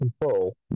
control